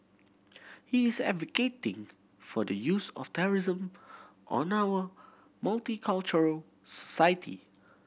he is advocating for the use of terrorism on our multicultural society